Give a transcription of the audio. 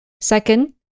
Second